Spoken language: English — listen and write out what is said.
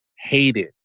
hated